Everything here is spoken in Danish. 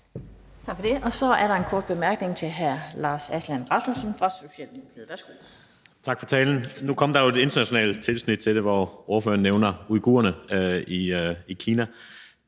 Tak for det. Så er der en kort bemærkning fra hr. Lars Aslan Rasmussen fra Socialdemokratiet. Værsgo. Kl. 20:28 Lars Aslan Rasmussen (S): Tak for talen. Nu kom der jo et internationalt tilsnit til det, hvor ordføreren nævnte uighurerne i Kina.